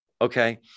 Okay